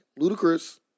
Ludacris